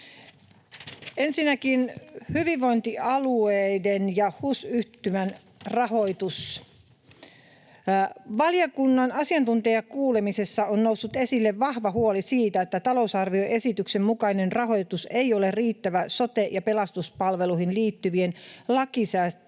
Ensinnäkin hyvinvointialueiden ja HUS-yhtymän rahoitus: Valiokunnan asiantuntijakuulemisessa on noussut esille vahva huoli siitä, että talousarvioesityksen mukainen rahoitus ei ole riittävä sote‑ ja pelastuspalveluihin liittyvien lakisääteisten